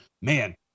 man